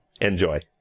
Enjoy